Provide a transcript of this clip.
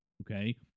Okay